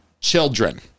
children